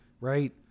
Right